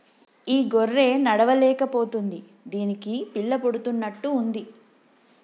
ఈ గొర్రె నడవలేక పోతుంది దీనికి పిల్ల పుడుతున్నట్టు ఉంది